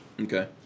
Okay